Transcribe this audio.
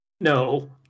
No